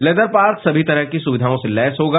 leather park सभी तरह की सुविधाओं से लैस होगा